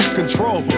control